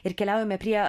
ir keliaujame prie